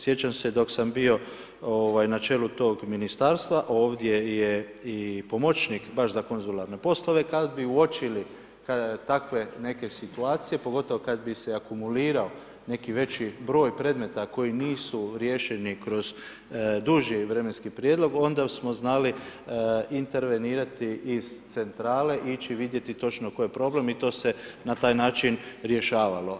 Sjećam se dok sam bio na čelu tog ministarstva, ovdje je pomoćnik baš za konzularne poslove, kad bi uočili, kada takve neke situacije, pogotovo kad bi se akumulirao, neki veći broj predmeta, koji nisu riješeni kroz duži vremenski prijedlog, onda smo znali, intervenirati iz centrale i ići vidjeti točno koji je problem i to se na taj način rješavalo.